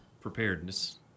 preparedness